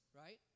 right